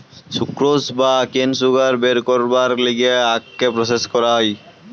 sucrose বা কেন sugar বের করবার লিগে আখকে প্রসেস করায়